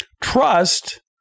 trust